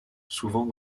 souvent